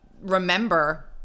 remember